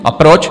A proč?